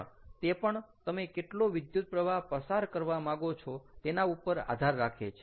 પણ તે પણ તમે કેટલો વિદ્યુતપ્રવાહ પસાર કરવા માગો છો તેના ઉપર આધાર રાખે છે